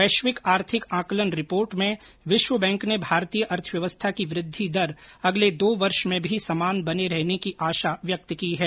वैश्विक आर्थिक आकलन रिर्पोर्ट में विश्व बैंक ने भारतीय अर्थव्यवस्था की वृद्वि दर अगले दो वर्ष में भी समान बने रहने की आशा व्यक्त की है